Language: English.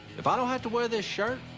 if i don't have to wear this shirt,